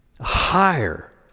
higher